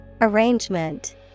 Arrangement